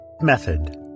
METHOD